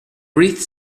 brief